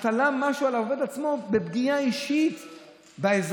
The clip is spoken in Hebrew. הטלת משהו על העובד עצמו, פגיעה אישית באזרח.